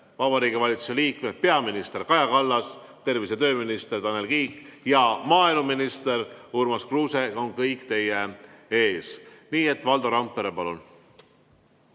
Vabariigi Valitsuse liikmed – peaminister Kaja Kallas, tervise- ja tööminister Tanel Kiik ja maaeluminister Urmas Kruuse – on kõik teie ees. Valdo Randpere, palun!